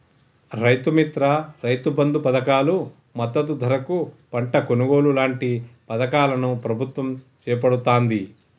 రైతు మిత్ర, రైతు బంధు పధకాలు, మద్దతు ధరకు పంట కొనుగోలు లాంటి పధకాలను ప్రభుత్వం చేపడుతాంది